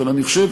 אבל אני חושב